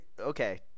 okay